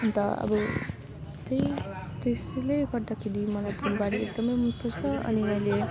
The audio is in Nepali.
अन्त अब चाहिँ त्यसैले गर्दाखेरि मलाई फुलबारी एकदमै मनपर्छ अनि मैले